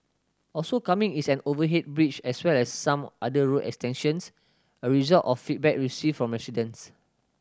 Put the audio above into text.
also coming is an overhead bridge as well as some other road extensions a result of feedback received from residents